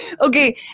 Okay